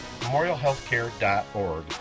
memorialhealthcare.org